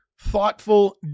thoughtful